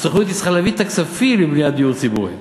הסוכנות צריכה להביא את הכספים לבניית דיור ציבורי.